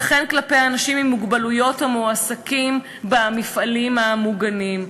וכן כלפי אנשים עם מוגבלויות המועסקים במפעלים המוגנים.